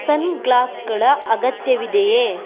ಸನ್ ಗ್ಲಾಸ್ಗಳ ಅಗತ್ಯವಿದೆಯೇ